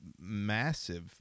massive